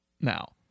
now